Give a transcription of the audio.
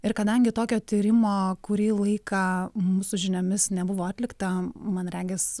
ir kadangi tokio tyrimo kurį laiką mūsų žiniomis nebuvo atlikta man regis